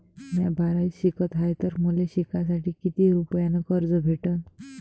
म्या बारावीत शिकत हाय तर मले शिकासाठी किती रुपयान कर्ज भेटन?